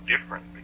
different